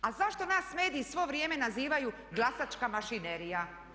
A zašto nas mediji svo vrijeme nazivaju glasačka mašinerija?